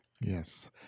Yes